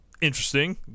Interesting